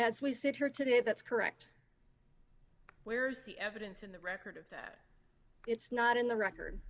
as we sit here today that's correct where's the evidence in the record of that it's not in the record